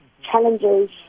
challenges